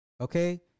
Okay